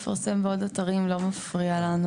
אז לפרסם בעוד אתרים לא מפריע לנו,